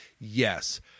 Yes